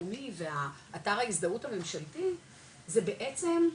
לאומי ואתר ההזדהות הממשלתי זה בעצם,